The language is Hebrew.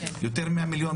יותר 100 מיליון,